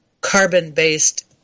carbon-based